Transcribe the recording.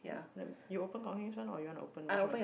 you open Kok-Hengs one or you want to open which one